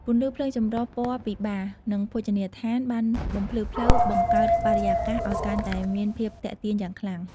ពន្លឺភ្លើងចម្រុះពណ៌ពីបារ និងភោជនីយដ្ឋានបានបំភ្លឺផ្លូវ បង្កើតបរិយាកាសអោយកាន់តែមានភាពទាក់ទាញយ៉ាងខ្លាំង។